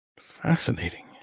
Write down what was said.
Fascinating